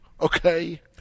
okay